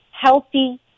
healthy